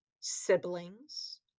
siblings